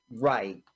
Right